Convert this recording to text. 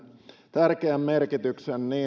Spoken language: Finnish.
tärkeän merkityksen